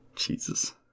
Jesus